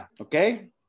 okay